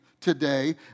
today